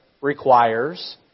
requires